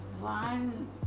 one